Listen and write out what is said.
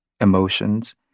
emotions